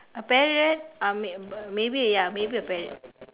a parrot um maybe ya maybe a parrot